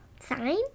Sign